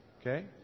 Okay